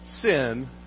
sin